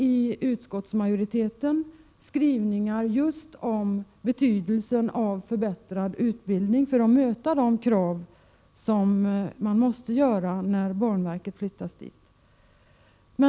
I utskottsmajoritetens skrivningar talas också just om betydelsen av förbättrad utbildning för att möta de krav som måste ställas när banverket förläggs till Borlänge.